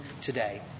today